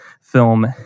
film